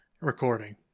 recording